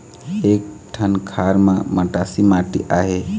एक ठन खार म मटासी माटी आहे?